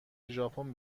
ژاپن